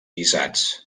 guisats